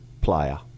player